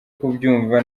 kubyumva